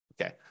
Okay